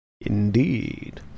Indeed